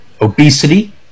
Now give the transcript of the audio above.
obesity